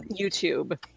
YouTube